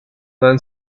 non